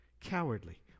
Cowardly